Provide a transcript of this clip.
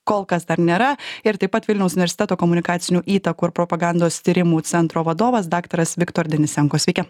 kol kas dar nėra ir taip pat vilniaus universiteto komunikacinių įtakų ir propagandos tyrimų centro vadovas daktaras viktor denisenko sveiki